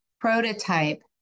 prototype